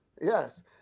Yes